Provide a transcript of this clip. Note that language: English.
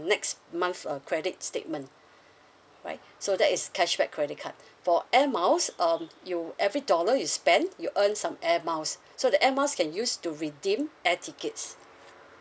next month's uh credit statement right so that is cashback credit card for Air Miles um you every dollar you spent you earn some Air Miles so the Air Miles can use to redeem air tickets